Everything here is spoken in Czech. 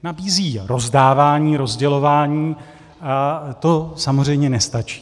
Nabízí rozdávání, rozdělování a to samozřejmě nestačí.